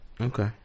Okay